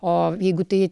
o jeigu tai